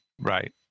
Right